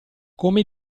come